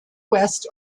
west